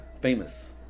famous